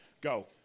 go